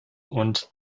und